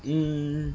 mm